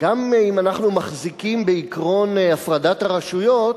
גם אם אנחנו מחזיקים בעקרון הפרדת הרשויות,